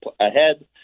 ahead